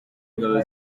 ingabo